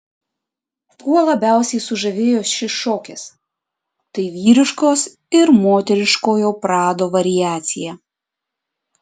kuo labiausiai sužavėjo šis šokis tai vyriškos ir moteriškojo prado variacija